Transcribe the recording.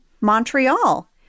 Montreal